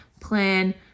plan